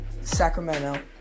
Sacramento